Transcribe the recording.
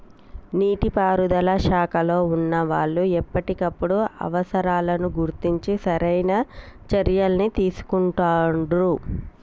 నీటి పారుదల శాఖలో వున్నా వాళ్లు ఎప్పటికప్పుడు అవసరాలను గుర్తించి సరైన చర్యలని తీసుకుంటాండ్రు